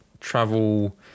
travel